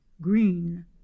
green